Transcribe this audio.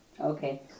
Okay